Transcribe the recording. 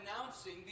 announcing